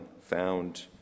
found